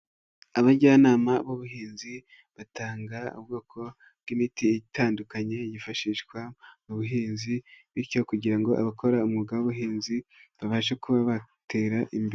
Abajyanama b'ubuhinzi batanga ubwoko bw'imiti itandukanye, yifashishwa mu buhinzi bityo kugira ngo abakora umwuga w'ubuhinzi babashe kuba batera imbere.